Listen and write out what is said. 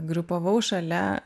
grupavau šalia